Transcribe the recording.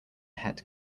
head